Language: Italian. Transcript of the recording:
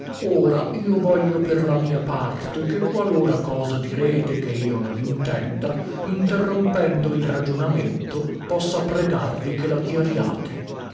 ora io voglio per la mia parte che qualora cosa direte che io non intenda interrompendo il ragionamento possa pregarvi che la chiariate